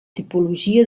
tipologia